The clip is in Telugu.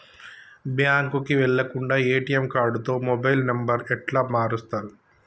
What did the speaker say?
బ్యాంకుకి వెళ్లకుండా ఎ.టి.ఎమ్ కార్డుతో మొబైల్ నంబర్ ఎట్ల మారుస్తరు?